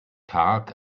tag